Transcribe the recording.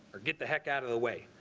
or get the heck out of the way.